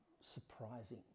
surprising